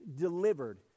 delivered